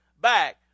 back